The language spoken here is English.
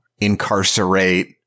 incarcerate